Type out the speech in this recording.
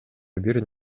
бир